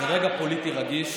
זה רגע פוליטי רגיש,